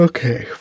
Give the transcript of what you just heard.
Okay